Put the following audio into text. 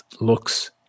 looks